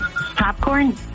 popcorn